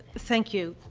thank you,